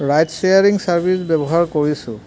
right sharing service ব্যৱহাৰ কৰিছোঁ